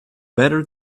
better